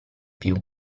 più